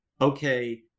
okay